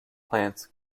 plants